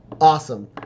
Awesome